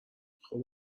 خوب